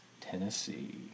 Tennessee